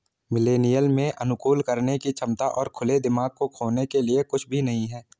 millennial में अनुकूलन करने की क्षमता और खुले दिमाग को खोने के लिए कुछ भी नहीं है